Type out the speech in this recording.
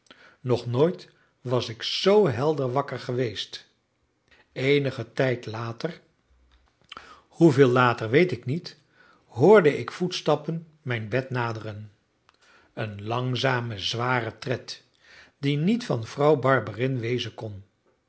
nog nooit was ik zoo helder wakker geweest eenigen tijd later hoeveel later weet ik niet hoorde ik voetstappen mijn bed naderen een langzame zware tred die niet van vrouw barberin wezen kon